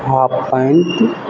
half pant